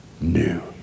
new